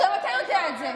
גם אתה יודע את זה.